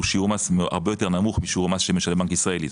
הוא הרבה יותר נמוך ממה שמשלם בנק ישראלי.